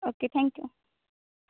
okay thank you